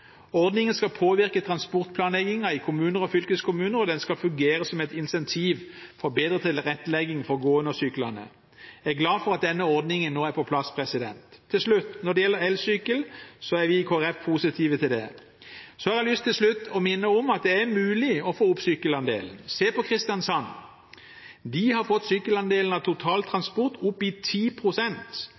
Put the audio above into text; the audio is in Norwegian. Ordningen skal påvirke transportplanleggingen i kommuner og fylkeskommuner, og den skal fungere som et insentiv for bedre tilrettelegging for gående og syklende. Jeg er glad for at denne ordningen nå er på plass. Til slutt: Når det gjelder elsykkel, er vi i Kristelig Folkeparti positive til det. Så har jeg til slutt lyst til å minne om at det er mulig å få opp sykkelandelen. Se på Kristiansand! De har fått sykkelandelen av total transport opp i